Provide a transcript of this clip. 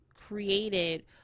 created